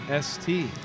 ST